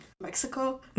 Mexico